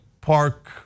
park